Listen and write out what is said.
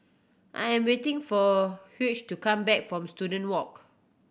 I am waiting for Hugh to come back from Student Walk